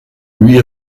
huit